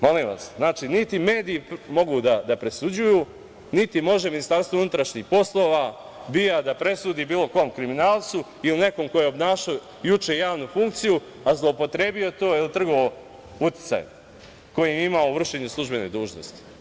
Molim vas, znači, niti mediji mogu da presuđuju, niti može Ministarstvo unutrašnjih poslova, BIA da presudi bilo kom kriminalcu ili nekome ko je obnašao juče javnu funkciju, a zloupotrebio to jer je trgovao uticajem koji je imao u vršenju službene dužnosti.